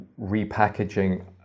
repackaging